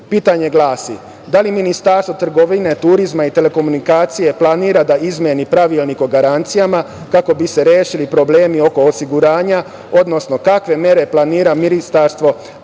poreza. Pitanje glasi, da li Ministarstvo trgovine, turizma i telekomunikacija, planira da izmeni pravilnik o garancijama, kako bi se rešili problemi oko osiguranja, odnosno kakve mere planira Ministarstvo trgovine,